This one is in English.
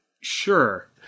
Sure